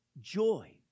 joy